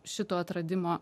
šito atradimo